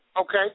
Okay